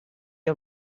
you